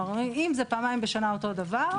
אם זה פעמיים בשנה אותו דבר,